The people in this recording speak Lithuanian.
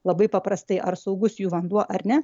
labai paprastai ar saugus jų vanduo ar ne